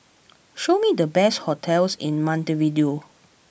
show me the best hotels in Montevideo